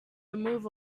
remove